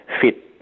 fit